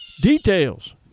Details